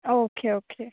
okay okay